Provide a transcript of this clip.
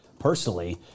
personally